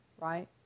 right